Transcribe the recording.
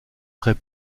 très